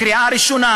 לקריאה ראשונה.